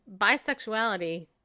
bisexuality